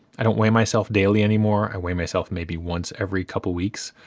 i don't weigh myself daily anymore. i weigh myself maybe once every couple weeks,